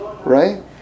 Right